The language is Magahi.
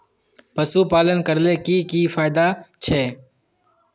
पशुपालन करले की की फायदा छे?